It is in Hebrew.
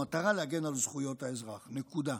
במטרה להגן על זכויות האדם." נקודה.